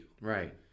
Right